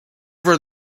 for